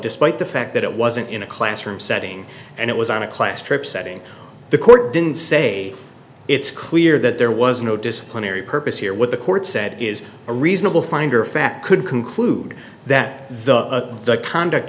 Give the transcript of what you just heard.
despite the fact that it wasn't in a classroom setting and it was on a class trip setting the court didn't say it's clear that there was no disciplinary purpose here what the court said is a reasonable finder of fact could conclude that the